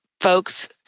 folks